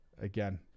again